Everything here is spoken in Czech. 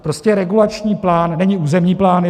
Prostě regulační plán není územní plán.